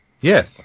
Yes